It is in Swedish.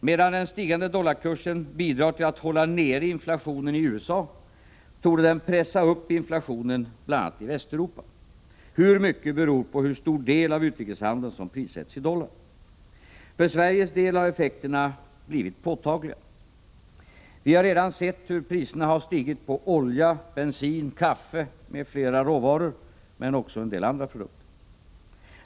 Medan den stigande dollarkursen bidrar till att hålla inflationen nere i USA torde den pressa upp inflationen bl.a. i Västeuropa — hur mycket beror på hur stor del av utrikeshandeln som prissätts i dollar. För Sveriges del har effekterna blivit påtagliga. Vi har redan sett hur priserna har stigit på olja, bensin, kaffe m.fl. råvaror men också på en del andra produkter.